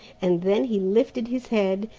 and then he lifted his head,